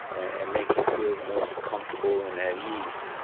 and make you feel the most comfortable and at ease